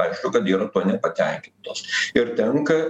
aišku kad yra nepatenkintos ir tenka